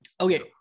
Okay